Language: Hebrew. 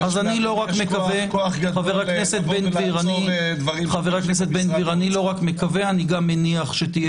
אני לא רק מקווה אני גם מניח שתהיה